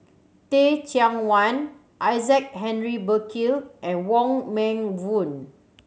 Teh Cheang Wan Isaac Henry Burkill and Wong Meng Voon